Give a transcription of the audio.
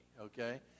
Okay